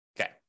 Okay